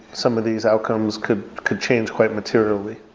some of these outcomes could could change quite materially.